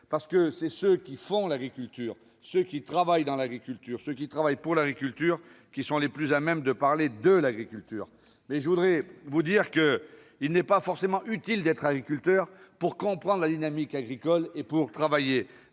parce que ce sont ceux qui font l'agriculture, ceux qui travaillent dans l'agriculture, ceux qui travaillent pour l'agriculture qui sont les plus à même de parler de l'agriculture, même s'il n'est pas forcément utile d'être agriculteur pour comprendre la dynamique agricole et pour travailler